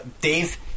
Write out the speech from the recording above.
Dave